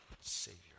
Savior